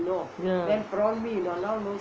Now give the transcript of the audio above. ya